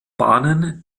bahnen